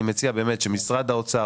אני מציע שמשרד האוצר,